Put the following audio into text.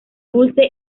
dulce